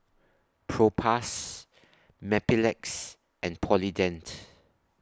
Propass Mepilex and Polident